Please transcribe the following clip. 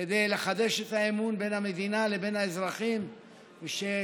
כדי לחדש את האמון בין המדינה לבין האזרחים ושכל